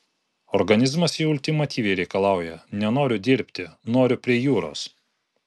organizmas jau ultimatyviai reikalauja nenoriu dirbti noriu prie jūros